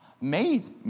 made